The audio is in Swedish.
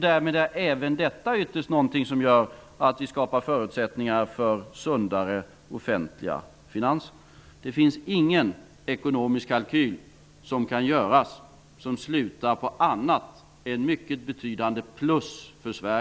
Därmed är även detta ytterst någonting som gör att vi skapar förutsättningar för sundare offentliga finanser. Det finns ingen ekonomisk kalkyl av medlemskap som kan göras som inte slutar på annat än mycket betydande plus för